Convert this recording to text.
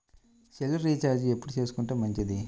Cell recharge ఎప్పుడు చేసుకొంటే మంచిది?